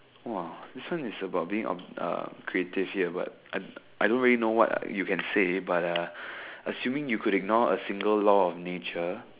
!wow! this one is about being creative here but I don't really know what you can say buy a assuming you can ignore a single law of nature